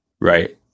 right